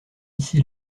issy